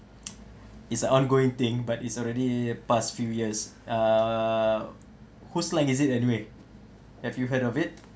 it's uh ongoing thing but it's already past few years err whose line is it anyway have you heard of it